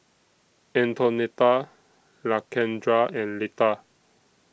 Antonetta Lakendra and Leta